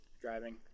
driving